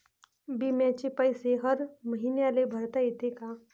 बिम्याचे पैसे हर मईन्याले भरता येते का?